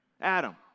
Adam